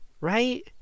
right